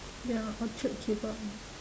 ya orchard keep out ya